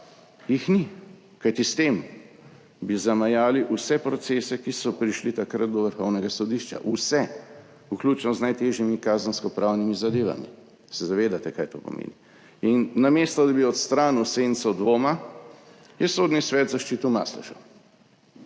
jih ni? Kajti s tem bi zamajali vse procese, ki so prišli takrat do Vrhovnega sodišča. Vse, vključno z najtežjimi kazenskopravnimi zadevami. Se zavedate, kaj to pomeni? In namesto da bi odstranil senco dvoma, je Sodni svet zaščitil Maslešo.